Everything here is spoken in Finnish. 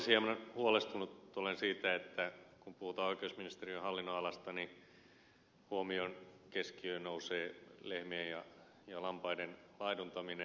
hieman huolestunut olen siitä että kun puhutaan oikeusministeriön hallinnonalasta niin huomion keskiöön nousee lehmien ja lampaiden laiduntaminen